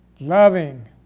Loving